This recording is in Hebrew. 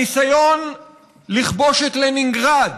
הניסיון לכבוש את לנינגרד,